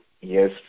yes